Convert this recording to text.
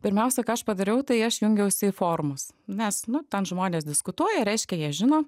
pirmiausia ką aš padariau tai aš jungiausi į forumus nes nu ten žmonės diskutuoja reiškia jie žino